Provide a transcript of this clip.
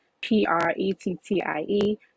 P-R-E-T-T-I-E